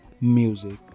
music